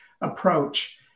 approach